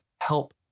help